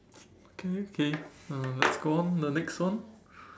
okay okay uh let's go on to the next one